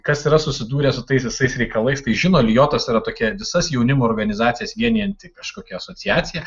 kas yra susidūrę su tais visais reikalais tai žino lijotas yra tokia visas jaunimo organizacijas vienijanti kažkokia asociacija